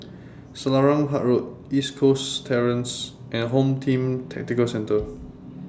Selarang Park Road East Coast Terrace and Home Team Tactical Centre